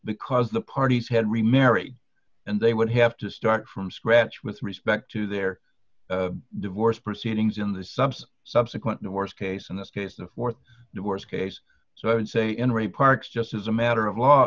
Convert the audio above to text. because the parties had remarried and they would have to start from scratch with respect to their divorce proceedings in the subs subsequent nourse case in this case the th divorce case so i would say in re parks just as a matter of law